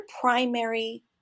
primary